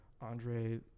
Andre